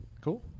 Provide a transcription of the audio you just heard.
Cool